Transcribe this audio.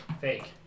Fake